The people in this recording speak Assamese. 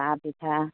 চাহ পিঠা